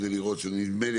נדמה לי,